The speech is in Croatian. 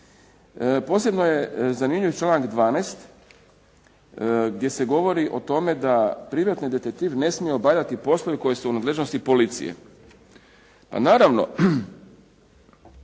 Posebno je zanimljiv članak 12. gdje se govori o tome da privatni detektiv ne smije obavljati poslove koji su u nadležnosti policije. Naravno,